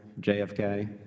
JFK